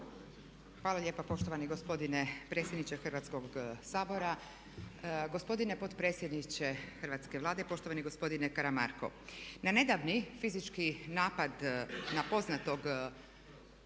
Hvala lijepa poštovani gospodine predsjedniče Hrvatskog sabora. Gospodine potpredsjedniče Hrvatske vlade poštovani gospodine Karamarko na nedavni fizički napad na poznatog